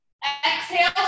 Exhale